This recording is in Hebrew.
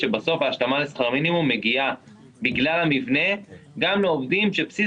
שבסוף ההשלמה לשכר מינימום מגיעה בגלל המבנה גם לעובדים שבסיס